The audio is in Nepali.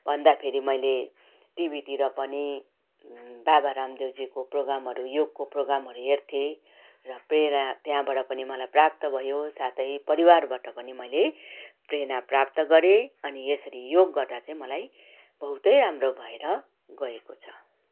भन्दाखेरि मैले टिभीतिर पनि बाबा रामदेवजीको प्रोग्रामहरू योगको प्रोग्रामहरू हेर्थेँ र प्रेरणा त्यहाँबाट पनि मलाई प्राप्त भयो साथै परिवारबाट पनि मैले प्रेरणा प्राप्त गरेँ अनि यसरी योग गर्दा चाहिँ मलाई बहुतै राम्रो भएर गएको छ